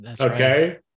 Okay